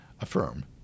affirm